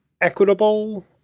equitable